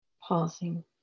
pausing